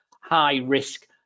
high-risk